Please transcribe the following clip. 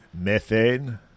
Methane